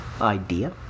Idea